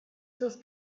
sus